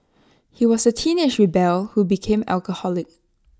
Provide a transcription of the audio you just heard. he was A teenage rebel who became alcoholic